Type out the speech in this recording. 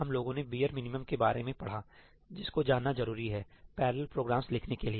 हम लोगों ने बियर मिनिमम के बारे में पढ़ा जिसको जानना जरूरी है पैरलल प्रोग्राम्स लिखने के लिए